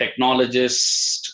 technologist